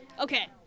Okay